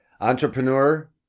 Entrepreneur